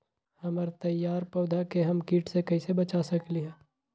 हमर तैयार पौधा के हम किट से कैसे बचा सकलि ह?